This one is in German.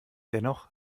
dennoch